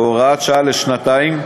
בהוראת שעה לשנתיים,